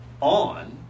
on